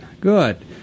good